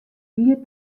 fier